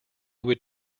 would